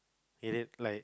it is like